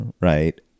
right